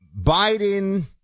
Biden